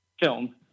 film